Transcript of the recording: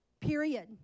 period